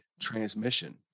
transmission